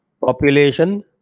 population